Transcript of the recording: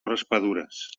raspadures